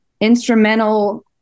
instrumental